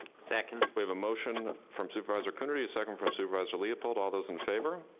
second. we have a motion from supervisor coonerty, second from supervisor leopold. all those in favor?